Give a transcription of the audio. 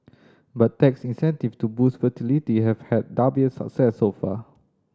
but tax incentive to boost fertility have had success so far